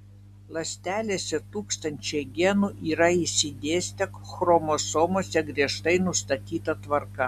ląstelėse tūkstančiai genų yra išsidėstę chromosomose griežtai nustatyta tvarka